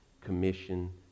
Commission